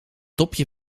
dopje